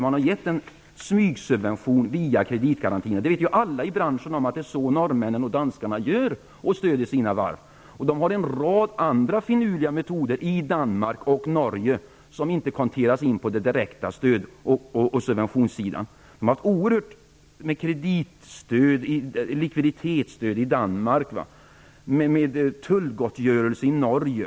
Man har givit en smygsubvention via kreditgarantin. Alla i branschen vet om att det är så norrmännen och danskarna gör för att stödja sina varv. De har en rad andra finurliga metoder i Danmark och Norge som inte konteras in på det direkta stödet och subventionssidan. De har oerhörda kreditstöd och likviditetsstöd i Danmark. Man har tullgottgörelse i Norge.